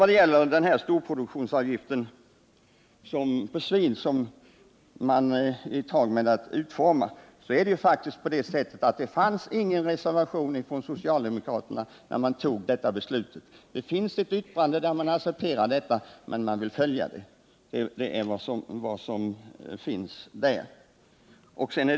Vad gäller storproduktionsavgiften för svin, som riksdagen beslutat om, så förhåller det sig ju faktiskt så att det fanns ingen reservation från socialdemokraterna när beslutet fattades. Det finns ett yttrande där man accepterar beslutet, men man vill, som det heter, följa utvecklingen. Det är vad som finns där.